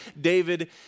David